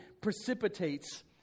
precipitates